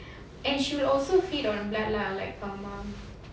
and she will also feed on blood lah like her mum